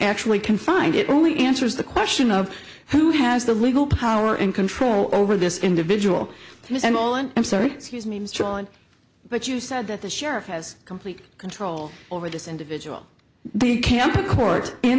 actually confined it only answers the question of who has the legal power and control over this individual and all and i'm sorry excuse me but you said that the sheriff has complete control over this individual the camp the court in